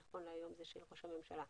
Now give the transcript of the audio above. נכון להיות האחריות היא של ראש הממשלה.